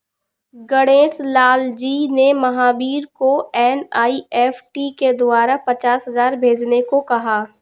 गणेश लाल जी ने महावीर को एन.ई.एफ़.टी के द्वारा पचास हजार भेजने को कहा